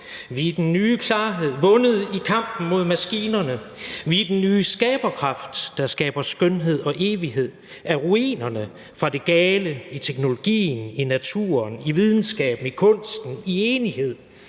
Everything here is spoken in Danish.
Vi er den nye klarhed vundet i kampen mod maskinerne, vi er den nye skaberkraft der skaber skønhed og evighed af ruinerne fra det gamle i teknologien, i naturen, i videnskaben, i kunsten i enighed,